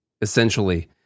essentially